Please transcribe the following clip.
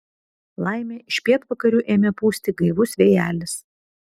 laimė iš pietvakarių ėmė pūsti gaivus vėjelis